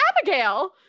Abigail